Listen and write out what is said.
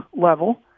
level